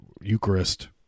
Eucharist